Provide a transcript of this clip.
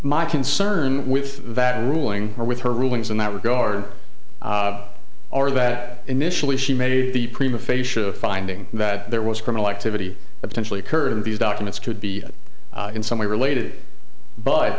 my concern with that ruling or with her rulings in that regard or that initially she made the prima facia finding that there was criminal activity potentially occurred in these documents could be in some way related but